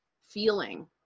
feeling